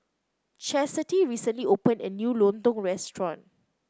Chasity recently opened a new lontong restaurant